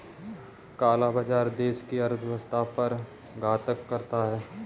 काला बाजार देश की अर्थव्यवस्था पर आघात करता है